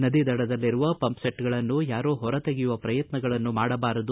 ನದಿ ದಡಗಳಲ್ಲಿರುವ ಪಂಪಸೆಟ್ಗಳನ್ನು ಯಾರೂ ಹೊರ ತೆಗೆಯುವ ಪ್ರಯತ್ನಗಳನ್ನು ಮಾಡಬಾರದು